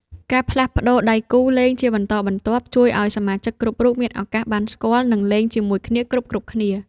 ការផ្លាស់ប្តូរដៃគូលេងជាបន្តបន្ទាប់ ជួយឱ្យសមាជិកគ្រប់រូបមានឱកាសបានស្គាល់ និងលេងជាមួយគ្នាគ្រប់ៗគ្នា។